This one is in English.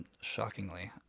Shockingly